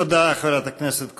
תודה, חברת הכנסת קורן.